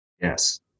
Yes